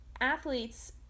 athletes